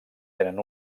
tenen